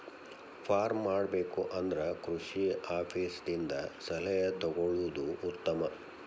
farm ಮಾಡಬೇಕು ಅಂದ್ರ ಕೃಷಿ ಆಪೇಸ್ ದಿಂದ ಸಲಹೆ ತೊಗೊಳುದು ಉತ್ತಮ